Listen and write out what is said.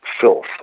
filth